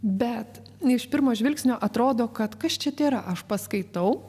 bet iš pirmo žvilgsnio atrodo kad kas čia tėra aš paskaitau